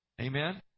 Amen